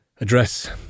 address